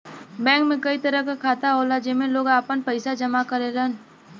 bank में कई तरह क खाता होला जेमन लोग आपन पइसा जमा करेलन